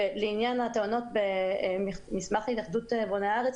ולעניין הטענות במסמך התאחדות בוני ארץ